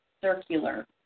circular